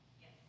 Yes